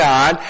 God